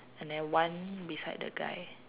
and then one beside the guy